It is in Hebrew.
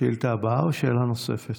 השאילתה הבאה או שאלה נוספת?